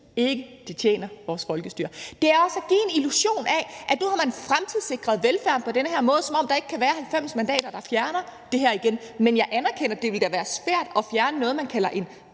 ikke, at det tjener vores folkestyre. Det er også at give en illusion af, at man nu har fremtidssikret velfærden på den her måde, som om der ikke kan være 90 mandater, der fjerner det her igen. Men jeg anerkender, at det da ville være svært at fjerne noget, man kalder en